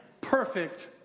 perfect